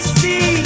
see